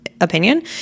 Opinion